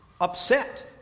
upset